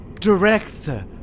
director